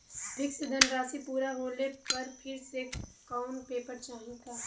Fix धनराशी पूरा होले पर फिर से कौनो पेपर चाही का?